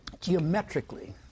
geometrically